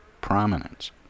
prominence